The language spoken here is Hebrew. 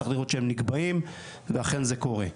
צריך לראות שהם נקבעים ואכן זה קורה.